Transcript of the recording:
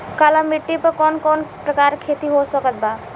काली मिट्टी पर कौन कौन प्रकार के खेती हो सकत बा?